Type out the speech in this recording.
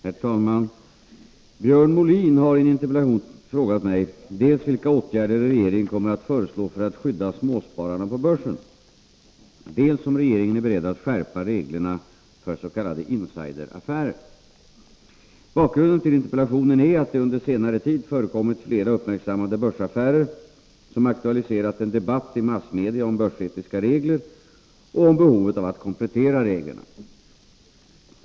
Herr talman! Björn Molin har i en interpellation frågat mig dels vilka åtgärder regeringen kommer att föreslå för att skydda småspararna på börsen, dels om regeringen är beredd att skärpa reglerna för s.k. insideraffärer. Bakgrunden till interpellationen är att det under senare tid förekommit flera uppmärksammade börsaffärer som aktualiserat en debatt i massmedia om börsetiska regler och om behovet av att komplettera reglerna.